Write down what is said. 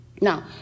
Now